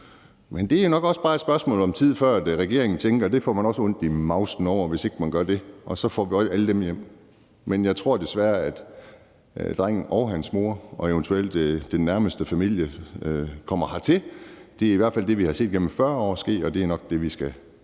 Men det er nok også bare et spørgsmål om tid, før regeringen også får ondt i mavsen, hvis ikke man gør det, og så får vi alle dem hertil. Men jeg tror desværre, at drengen og hans mor og eventuelt den nærmeste familie kommer hertil. Det er i hvert fald det, vi gennem 40 år har set ske, og når